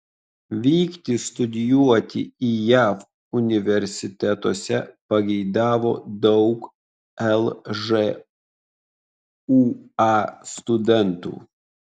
vykti studijuoti jav universitetuose pageidavo daug lžūa studentų